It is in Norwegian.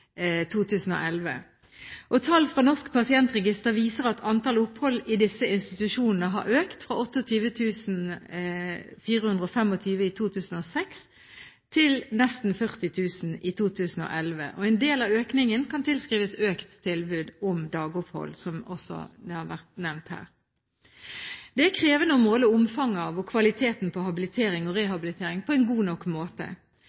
2011. Tall fra Norsk pasientregister viser at antall opphold i disse institusjonene har økt fra 28 425 i 2006 til nesten 40 000 i 2011. En del av økningen kan tilskrives økt tilbud om dagopphold, som også har vært nevnt her. Det er krevende å måle omfanget av og kvaliteten på habilitering og rehabilitering på en god nok måte.